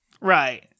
Right